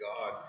God